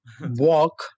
walk